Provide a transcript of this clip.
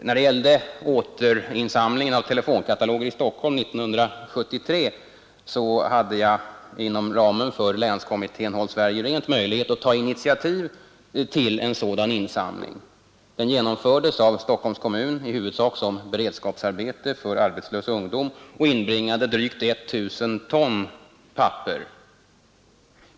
När det gällde återinsamling av telefonkataloger i Stockholm 1973 hade jag inom ramen för länskommittén ”Håll Sverige rent” möjlighet att ta initiativ till en sådan insamling. Den genomfördes av Stockholms kommun, i huvudsak som beredskapsarbete för arbetslös ungdom, och inbringade drygt 1 000 ton papper.